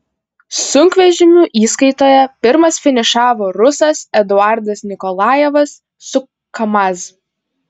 sunkvežimių įskaitoje pirmas finišavo rusas eduardas nikolajevas su kamaz